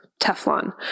Teflon